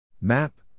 Map